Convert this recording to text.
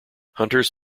hunters